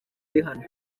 rihanna